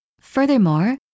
Furthermore